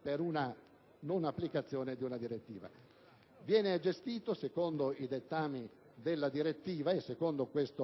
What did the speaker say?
per la non applicazione di una direttiva. Viene gestito, secondo i dettami della direttiva e in base